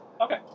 Okay